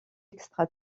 extra